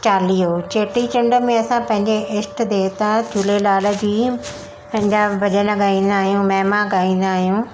चालीहो चेटीचंड में असां पंहिंजे इष्टु देविता झूलेलाल जी पंहिंजा भॼन ॻाईंदा आहियूं महिमा ॻाईंदा आहियूं